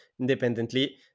independently